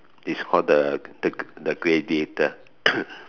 it's called the the gladiator